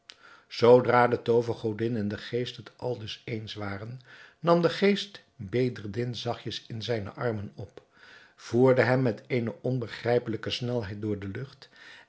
zoodra de toovergodin en de geest het aldus eens waren nam de geest bedreddin zachtjes in zijne armen op voerde hem met eene onbegrijpelijke snelheid door de lucht